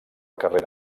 carrera